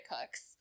cooks